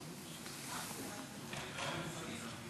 גברתי היושבת-ראש,